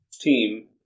team